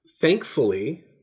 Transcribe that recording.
thankfully